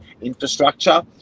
infrastructure